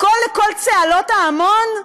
הכול לקול צהלות ההמון,